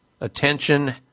Attention